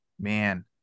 Man